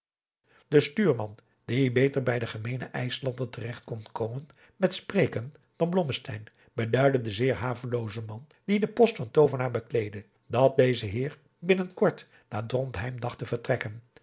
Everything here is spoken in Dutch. de stuurman die beter bij den gemeenen ijslander te regt kon komen met spreken dan blommesteyn beduidde den zeer haveloozen man die den post van toovenaar bekleedde dat deze adriaan loosjes pzn het leven van johannes wouter blommesteyn heer binnen kort naar drontheim dacht te vertrekken